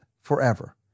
forever